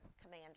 commander